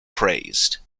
praised